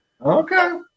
Okay